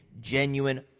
genuine